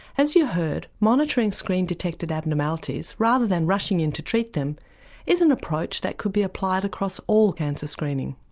as you heard, monitoring screen-detected abnormalities rather than rushing in to treat them is an approach that could be applied across all cancer screening.